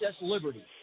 liberty